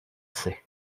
sait